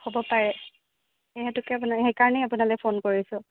হ'ব পাৰে এই সেইটোকে মানে সেইকাৰণেই আপোনালৈ ফোন কৰিছোঁ